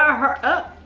ah hurry up.